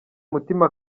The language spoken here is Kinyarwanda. mutima